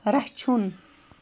رَچھُن